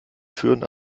führen